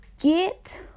get